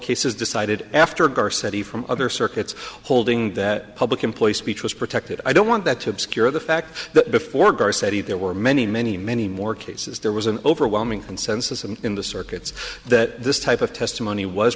cases decided after ghar city from other circuits holding that public employee speech was protected i don't want that to obscure the fact that before bar city there were many many many more cases there was an overwhelming consensus and in the circuits that this type of testimony was